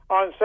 on